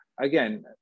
again